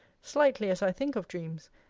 slightly as i think of dreams,